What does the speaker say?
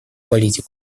политику